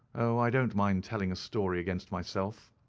oh, i don't mind telling a story against myself.